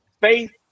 faith